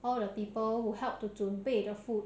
all the people who help to 准备 the food